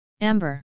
Amber